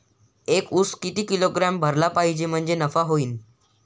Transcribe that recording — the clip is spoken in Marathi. एक उस किती किलोग्रॅम भरला पाहिजे म्हणजे नफा होईन?